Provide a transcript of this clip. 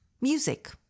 Music